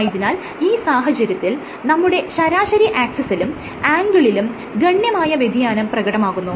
ആയതിനാൽ ഈ സാഹചര്യത്തിൽ നമ്മുടെ ശരാശരി ആക്സിസിലും ആംഗിളിലും ഗണ്യമായ വ്യതിയാനം പ്രകടമാകുന്നു